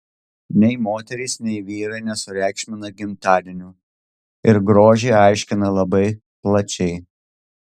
nei moterys nei vyrai nesureikšmina gimtadienių ir grožį aiškina labai plačiai